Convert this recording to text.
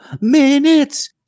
minutes